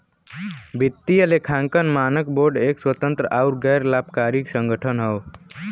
वित्तीय लेखांकन मानक बोर्ड एक स्वतंत्र आउर गैर लाभकारी संगठन हौ